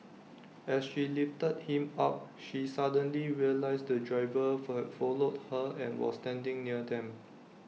as she lifted him up she suddenly realised the driver for followed her and was standing near them